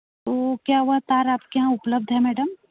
तो क्या वह तार आपके यहाँ उपलब्ध है मैडम